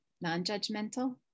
non-judgmental